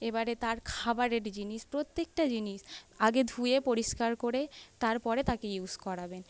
এবারে তার খাবারের জিনিস প্রত্যেকটা জিনিস আগে ধুয়ে পরিষ্কার করে তারপরে তাকে ইউজ করাবেন